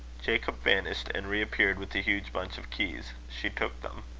jacob vanished, and reappeared with a huge bunch of keys. she took them.